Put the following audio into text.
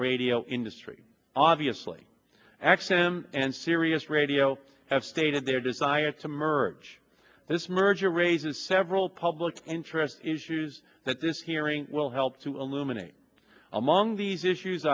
radio industry obviously x m and sirius radio have stated their desire to merge this merger raises several public interest issues that this hearing will help to illuminate among these issues